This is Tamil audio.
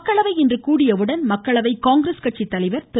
மக்களவை இன்று கூடியவுடன் மக்களவை காங்கிரஸ் கட்சி தலைவர் திரு